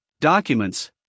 documents